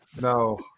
no